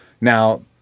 Now